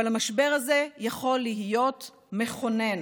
אבל המשבר הזה יכול להיות מכונן.